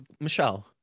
Michelle